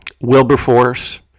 Wilberforce